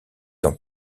dans